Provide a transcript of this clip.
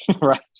Right